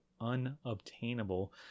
unobtainable